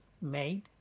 made